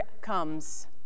comes